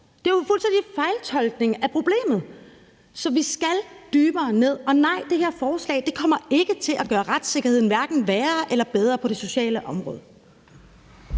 Det er jo en fuldstændig fejltolkning af problemet. Så vi skal dybere ned. Og nej, det her forslag kommer ikke til at gøre retssikkerheden hverken værre eller bedre på det sociale område.